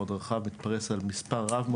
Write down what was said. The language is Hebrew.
המתווה.